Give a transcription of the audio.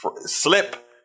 slip